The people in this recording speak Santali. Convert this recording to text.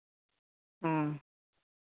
ᱦᱮᱸ